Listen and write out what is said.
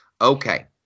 okay